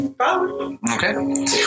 Okay